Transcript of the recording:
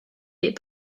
bit